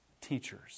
teachers